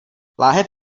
láhev